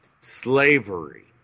slavery